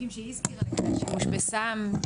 --- סעיפים שהיא הזכירה לגבי השימוש בסם,